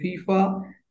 FIFA